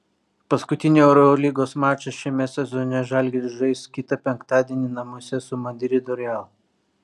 paskutinį eurolygos mačą šiame sezone žalgiris žais kitą penktadienį namuose su madrido real